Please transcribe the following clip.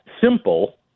simple